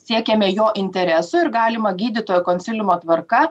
siekiame jo interesų ir galima gydytojo konsiliumo tvarka